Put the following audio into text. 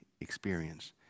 experience